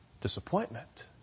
disappointment